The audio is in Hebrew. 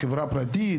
חברה פרטית,